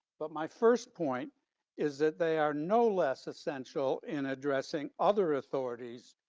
but my first point is that they are no less essential in addressing other authorities.